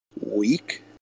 week